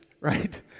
right